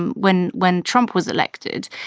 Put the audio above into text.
um when when trump was elected,